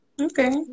Okay